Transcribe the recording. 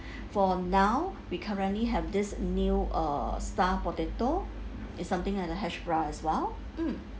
for now we currently have this new uh star potato is something like the hash brown as well mm